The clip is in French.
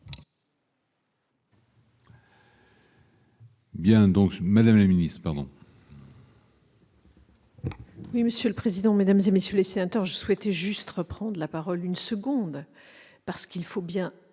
Mme la ministre.